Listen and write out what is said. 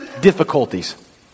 difficulties